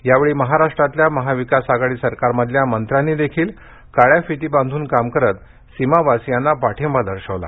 यावेळी महाराष्ट्रातल्या महाविकास आघाडी सरकारमधल्या मंत्र्यांनीही काळ्या फिती बांधून काम करत सीमावासियांना पाठिंबा दर्शवला